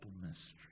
mystery